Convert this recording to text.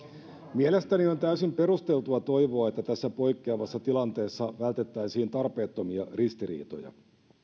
mielestäni on täysin perusteltua toivoa että tässä poikkeavassa tilanteessa vältettäisiin tarpeettomia ristiriitoja